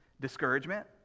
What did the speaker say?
discouragement